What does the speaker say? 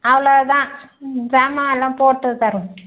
அவ்வளோ தான் ம் ஜாமான் எல்லாம் போட்டுத்தரோம்